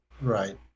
Right